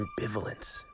ambivalence